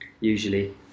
usually